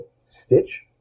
Stitch